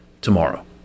tomorrow